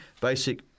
basic